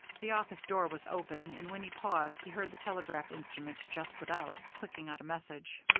the office door was open, and when he paused he heard the telegraph instrument just without, clicking out a message.